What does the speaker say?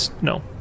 No